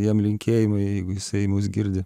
jam linkėjimai jeigu jisai mus girdi